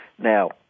Now